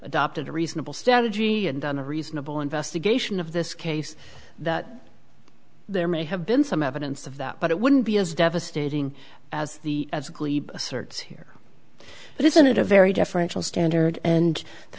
adopted a reasonable standard g and done a reasonable investigation of this case that there may have been some evidence of that but it wouldn't be as devastating as the search here but isn't it a very deferential standard and the